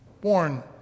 born